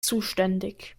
zuständig